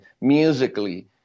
musically